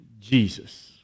Jesus